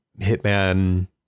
hitman